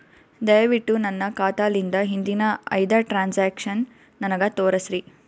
ದಯವಿಟ್ಟು ನನ್ನ ಖಾತಾಲಿಂದ ಹಿಂದಿನ ಐದ ಟ್ರಾಂಜಾಕ್ಷನ್ ನನಗ ತೋರಸ್ರಿ